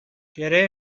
گره